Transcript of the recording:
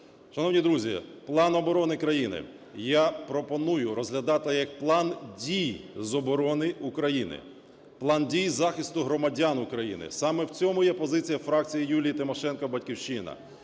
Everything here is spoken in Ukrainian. Шановні друзі, "план оборони країни" я пропоную розглядати як план дій з оборони України, план дій захисту громадян України, саме в цьому є позиція фракції Юлії Тимошенко "Батьківщина".